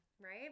right